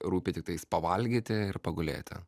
rūpi tiktais pavalgyti ir pagulėti